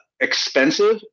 expensive